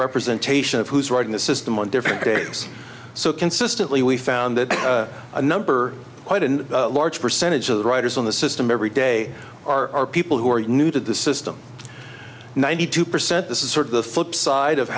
representation of who's running the system on different days so consistently we found that a number quite a large percentage of the writers on the system every day are people who are new to the system ninety two percent this is sort of the flipside of